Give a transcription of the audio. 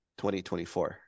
2024